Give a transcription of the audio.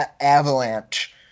Avalanche